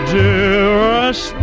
dearest